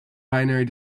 binary